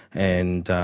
and